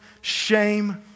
shame